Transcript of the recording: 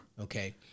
Okay